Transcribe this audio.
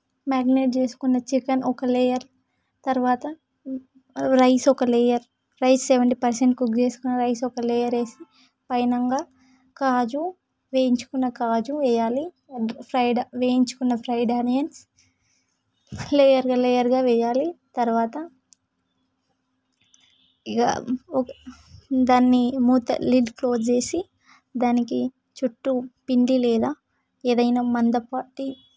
marinate చేసుకున్న chicken ఒక layer తరువాత రైస్ ఒక layer rice seventy percent cook చేసుకున్న రైస్ ఒక లేయర్ వేసి పైనుంచి కాజు వేయించుకున్న కాజు వేయాలి ఫ్రైడ్ వేయించుకున్న ఫ్రైడ్ ఆనియన్స్ లేయర్గా లేయర్గా వేయాలి తరువాత ఇక దానిని మూత లిడ్ క్లోజ్ చేసి దానికి చుట్టూ పిండి లేదా ఏదైనా మందపాటి